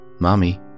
Mommy